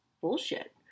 bullshit